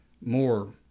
more